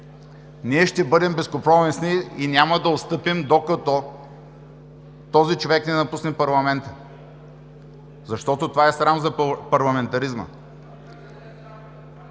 Ние ще бъдем безкомпромисни и няма да отстъпим, докато този човек не напусне парламента, защото това е срам за парламентаризма.